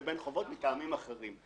לבין חובות מטעמים אחרים.